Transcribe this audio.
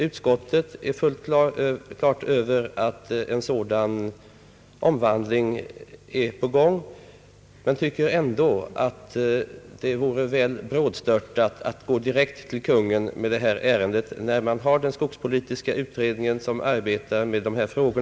Utskottet är fullt på det klara med att en omvandling är på väg men tycker ändå, att det vore väl brådstörtat att nu föra detta ärende inför Kungl. Maj:t. Den skogspolitiska utredningen arbetar ju med dessa frågor.